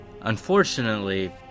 Unfortunately